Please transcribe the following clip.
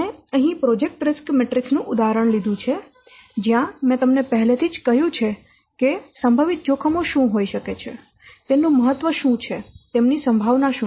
આપણે અહીં project risk matrix નું ઉદાહરણ લીધું છે જ્યાં મેં તમને પહેલેથી જ કહ્યું છે કે અમે સંભવિત જોખમો શું હોઈ શકે છે તેનું મહત્વ શું છે અને તેમની સંભાવના શું છે